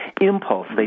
impulse